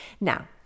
Now